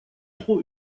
trop